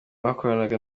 bakoranaga